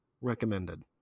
Recommended